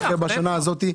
כן, בטח.